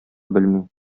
белми